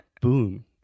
Boom